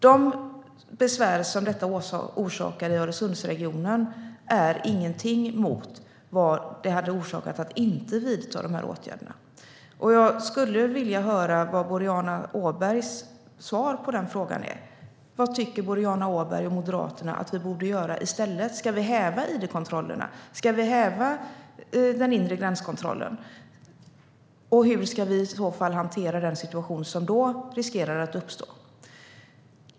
De besvär som detta orsakade i Öresundsregionen är ingenting mot vad de hade orsakat om åtgärderna inte hade vidtagits. Jag skulle vilja höra vad Boriana Åbergs svar på den frågan är. Vad tycker Boriana Åberg och Moderaterna att vi borde göra i stället? Ska vi häva id-kontrollerna? Ska vi häva den inre gränskontrollen? Hur ska vi i så fall hantera den situation som då riskerar att uppstå?